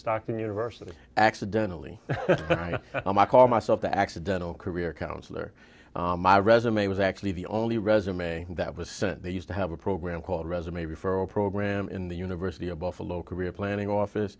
stockton university accidentally i call myself the accidental career counselor my resume was actually the only resume that was used to have a program called resume referral program in the university of buffalo career planning office